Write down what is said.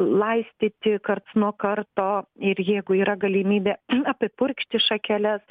laistyti karts nuo karto ir jeigu yra galimybė apipurkšti šakeles